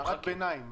הערת ביניים.